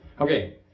Okay